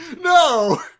No